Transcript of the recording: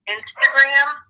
Instagram